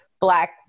black